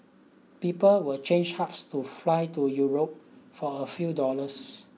people will change hubs to fly to Europe for a few dollars